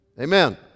Amen